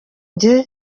njye